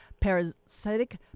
parasitic